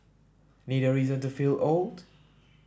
need a reason to feel old